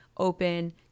Open